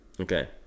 Okay